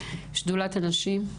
בבקשה, שדולת הנשים.